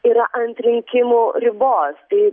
yra ant rinkimų ribos tai